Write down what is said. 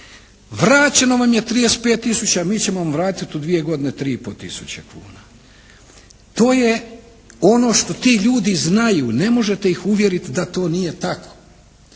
Vraćeno vam je 35 tisuća, mi ćemo vam vratiti u tri i pol tisuće kuna. To je ono što ti ljudi znaju, ne možete ih uvjeriti da to nije tako.